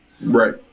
right